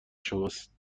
شماست